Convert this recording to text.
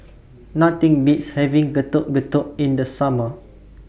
Nothing Beats having Getuk Getuk in The Summer